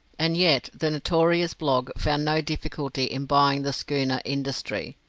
and yet the notorious blogg found no difficulty in buying the schooner industry,